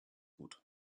gut